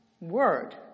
word